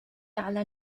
على